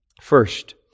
First